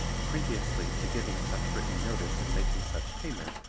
previously to giving such written notice and making such payment,